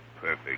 perfect